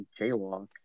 jaywalk